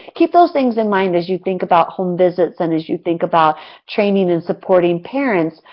keep those things in mind as you think about home visits and as you think about training and supporting parents,